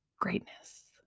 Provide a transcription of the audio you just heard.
greatness